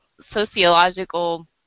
sociological